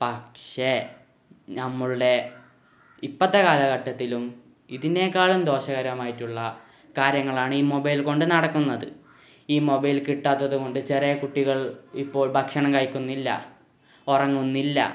പക്ഷേ ഞമ്മളുടെ ഇപ്പോഴത്തെ കാലഘട്ടത്തിലും ഇതിനെക്കാളും ദോഷകരമായിട്ടുള്ള കാര്യങ്ങളാണ് ഈ മൊബൈൽ കൊണ്ട് നടക്കുന്നത് ഈ മൊബൈൽ കിട്ടാത്തതു കൊണ്ട് ചെറിയ കുട്ടികൾ ഇപ്പോൾ ഭക്ഷണം കഴിക്കുന്നില്ല ഉറങ്ങുന്നില്ല